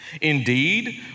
Indeed